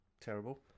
Terrible